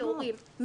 כהורים,